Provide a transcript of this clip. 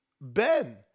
Ben